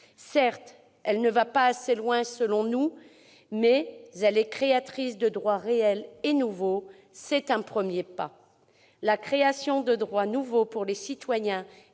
Certes, elle ne va pas assez loin selon nous, mais elle est créatrice de droits réels et nouveaux. C'est un premier pas. La création de droits nouveaux pour les citoyens